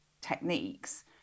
techniques